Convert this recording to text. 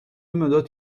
مداد